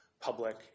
public